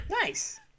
Nice